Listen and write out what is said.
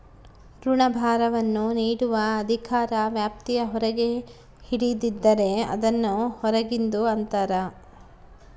ಋಣಭಾರವನ್ನು ನೀಡುವ ಅಧಿಕಾರ ವ್ಯಾಪ್ತಿಯ ಹೊರಗೆ ಹಿಡಿದಿದ್ದರೆ, ಅದನ್ನು ಹೊರಗಿಂದು ಅಂತರ